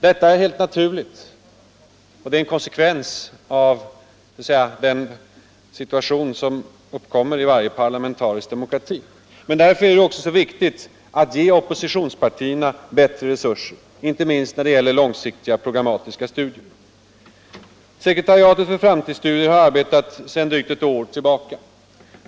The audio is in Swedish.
Detta är helt naturligt, och det är en konsekvens av den situation som uppkommer i varje parlamentarisk demokrati. Men därför är det också så viktigt att ge oppositionspartierna bättre resurser, inte minst när det gäller långsiktiga programmatiska studier. Sekretariatet för framtidsstudier har arbetat sedan drygt ett år tillbaka.